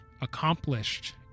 accomplished